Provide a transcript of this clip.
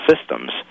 systems